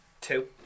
Two